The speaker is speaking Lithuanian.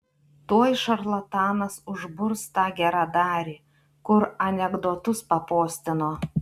tuoj šarlatanas užburs tą geradarį kur anekdotus papostino